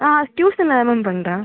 ஆ டியூஷனில் தான் மேம் பண்ணுறான்